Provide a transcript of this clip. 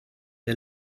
der